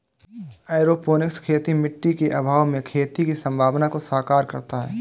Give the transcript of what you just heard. aeroponics खेती मिट्टी के अभाव में खेती की संभावना को साकार करता है